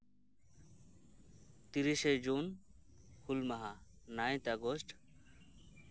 ᱛᱤᱨᱤᱥᱮ ᱡᱩᱱ ᱦᱩᱞ ᱢᱟᱦᱟ ᱱᱟᱭᱤᱛᱷ ᱟᱜᱚᱥᱴ